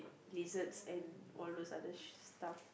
lizards and all those other stuff